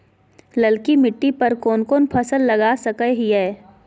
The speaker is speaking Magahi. ललकी मिट्टी पर कोन कोन फसल लगा सकय हियय?